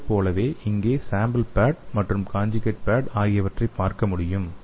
அதைப்போலவே இங்கே sample pad மற்றும் காஞ்சுகேட் பேட் ஆகியவற்றை பார்க்க முடியும்